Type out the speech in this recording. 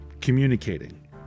communicating